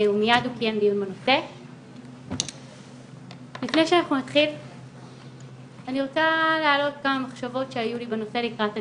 לפני שנתחיל אני רוצה להעלות כמה מחשבות שהיו לי בנושא לקראת הדיון.